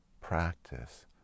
practice